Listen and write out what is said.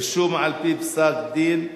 (רישום על-פי פסק-דין),